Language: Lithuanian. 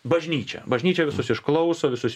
bažnyčia bažnyčia visus išklauso visus